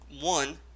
one